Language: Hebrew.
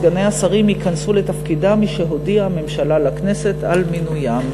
סגני השרים ייכנסו לתפקידם משהודיעה הממשלה לכנסת על מינוים,